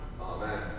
Amen